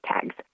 tags